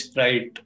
right